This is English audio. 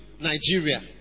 Nigeria